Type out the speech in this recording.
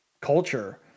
culture